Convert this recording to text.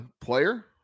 player